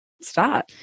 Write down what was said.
Start